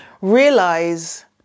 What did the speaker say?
realize